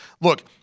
look